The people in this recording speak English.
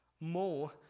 more